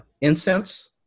incense